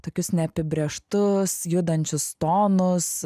tokius neapibrėžtus judančius tonus